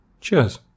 cheers